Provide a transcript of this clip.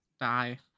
die